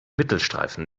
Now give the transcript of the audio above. mittelstreifen